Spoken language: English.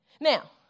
Now